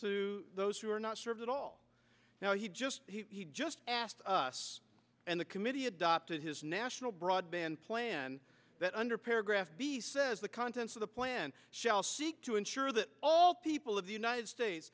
to those who are not served at all now he just he just asked us and the committee adopted his national broadband plan that under paragraph b says the contents of the plan shall seek to ensure that all people of the united states